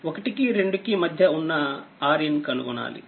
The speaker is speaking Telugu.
1 కి 2 కి మధ్య వున్న Rin కనుగొనాలి